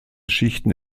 schichten